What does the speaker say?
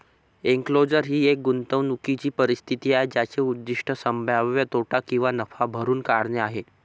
enclosure ही एक गुंतवणूकीची परिस्थिती आहे ज्याचे उद्दीष्ट संभाव्य तोटा किंवा नफा भरून काढणे आहे